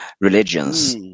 religions